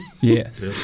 Yes